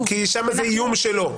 כי שם האיום שלו.